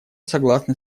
согласны